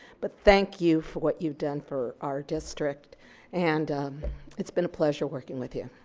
but thank you for what you've done for our district and it's been a pleasure working with you.